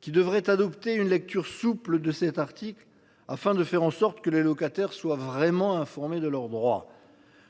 qui devrait adopter une lecture souple de cet article afin de faire en sorte que les locataires soient vraiment informés de leurs droits.